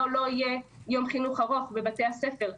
או לא יהיה יום חינוך ארוך בבתי הספר.